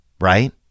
right